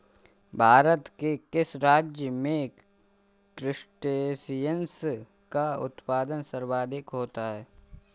भारत के किस राज्य में क्रस्टेशियंस का उत्पादन सर्वाधिक होता है?